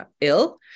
ill